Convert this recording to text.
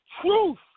truth